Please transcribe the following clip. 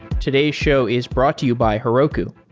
today's show is brought to you by heroku,